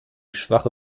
schwache